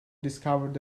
discovered